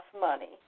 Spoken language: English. money